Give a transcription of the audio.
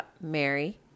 Mary